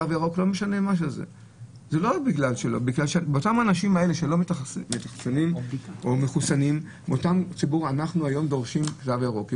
אנחנו היום דורשים מאותם אנשים שלא מחוסנים שיהיה להם תו ירוק.